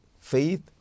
faith